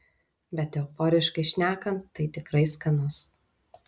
bet euforiškai šnekant tai tikrai skanus